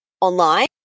online